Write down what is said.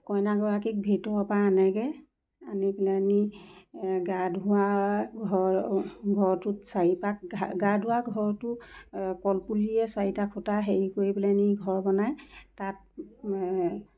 কইনাগৰাকীক ভিতৰৰ পা আনেগৈ আনি পেলানি গা ধোৱা ঘৰ ঘৰটোত চাৰিপাক গা ধোৱা ঘৰটো কলপুলিয়ে চাৰিটা খুটা হেৰি কৰি পেলানি ঘৰ বনায় তাত